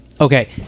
Okay